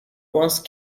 once